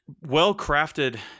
well-crafted